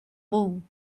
moon